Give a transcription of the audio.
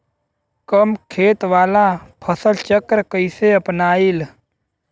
कम खेत वाला फसल चक्र कइसे अपनाइल?